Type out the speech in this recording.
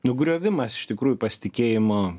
nugriovimas iš tikrųjų pasitikėjimo